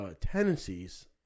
tendencies